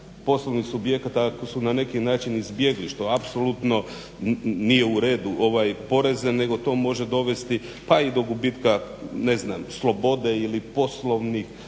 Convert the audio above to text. poslovnih subjekata ako su na neki način izbjegli što apsolutno nije u redu poreze nego to može dovesti pa i do gubitka slobode ili poslovne